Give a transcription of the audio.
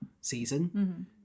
season